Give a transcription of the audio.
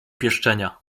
pieszczenia